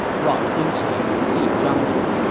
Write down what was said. brought sun qian to see zhang lu